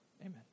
Amen